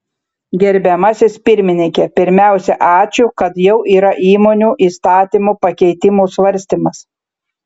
gerbiamasis pirmininke pirmiausia ačiū kad jau yra įmonių įstatymo pakeitimų svarstymas